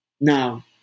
now